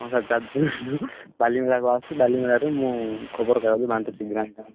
ହଁ ସାର୍ ଯାଜପୁରରୁ ବାଲିମେଳାରୁ ଆସିଛି ବାଲିମେଳାରୁ ମୁଁ ଖବରକାଗଜ ବାଣ୍ଟୁଛି